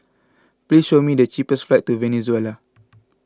please show me the cheapest flights to Venezuela